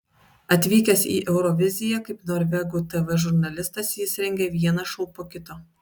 atvykęs į euroviziją kaip norvegų tv žurnalistas jis rengia vieną šou po kito